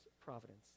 providence